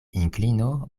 inklino